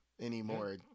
Anymore